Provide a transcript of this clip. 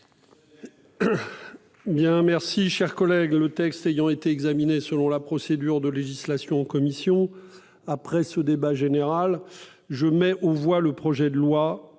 Merci